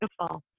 beautiful